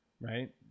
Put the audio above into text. right